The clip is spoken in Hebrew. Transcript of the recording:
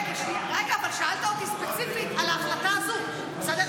רגע, אבל שאלת אותי ספציפית על ההחלטה הזו, בסדר?